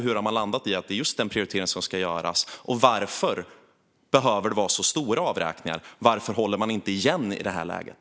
Hur har man landat i att det är just denna prioritering som ska göras? Varför behöver det vara så stora avräkningar? Varför håller man inte igen i det här läget?